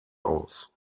aus